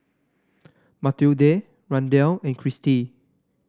Mathilde Randell and Christie